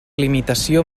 limitació